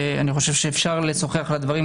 ואני חושב שאפשר לשוחח על הדברים,